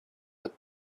but